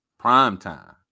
Primetime